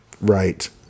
Right